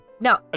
No